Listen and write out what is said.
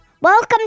Welcome